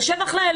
השבח לאל,